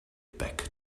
back